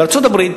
בארצות-הברית